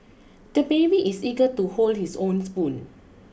the baby is eager to hold his own spoon